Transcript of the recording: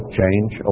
change